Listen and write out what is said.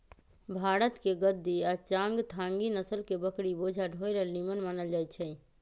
भारतके गद्दी आ चांगथागी नसल के बकरि बोझा ढोय लेल निम्मन मानल जाईछइ